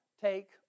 take